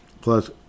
plus